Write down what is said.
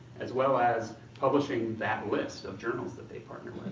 as well as publishing that list of journals that they partner.